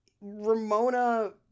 Ramona